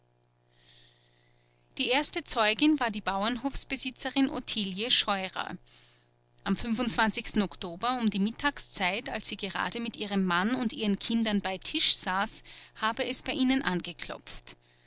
die erste zeugin war die bauernhofsbesitzerin ottilie scheurer am oktober um die mittagszeit als sie gerade mit ihrem mann und ihren kindern bei tisch saß habe es bei ihnen angeklopft